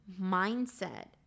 mindset